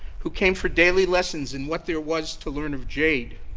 who came for daily lessons and what there was to learn of jade.